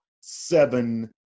seven